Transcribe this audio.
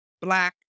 black